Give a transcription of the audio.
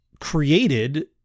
created